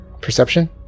Perception